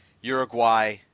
Uruguay